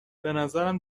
بنظرم